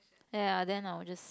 ya then I will just